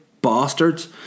bastards